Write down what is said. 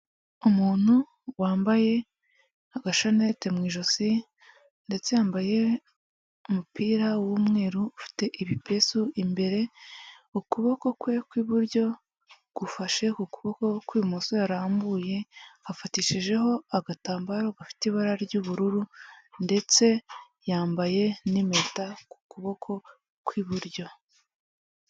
Umuntu wambaye agashanete mu ijosi ndetse yambaye umupira w'umweru ufite ibipesu imbere, ukuboko kwe kw'iburyo gufashe ku kuboko kw'ibumoso yarambuye, afatishijeho agatambaro gafite ibara ry'ubururu ndetse yambaye n'impeta ku kuboko kw'iburyo.